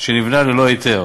שנבנה ללא היתר